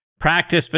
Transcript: Practice